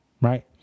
Right